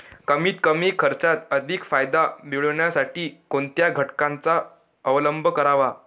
कमीत कमी खर्चात अधिक फायदा मिळविण्यासाठी कोणत्या घटकांचा अवलंब करावा?